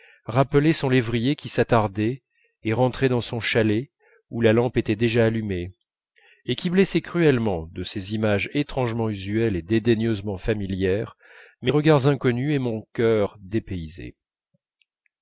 rappelait son lévrier qui s'attardait et rentrait dans son chalet où la lampe était déjà allumée et qui blessaient cruellement de ces images étrangement usuelles et dédaigneusement familières mes regards inconnus et mon cœur dépaysé